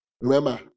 Remember